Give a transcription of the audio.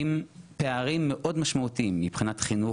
עם פערים מאוד משמעותיים מבחינת חינוך,